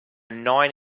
nine